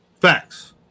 Facts